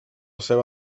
seva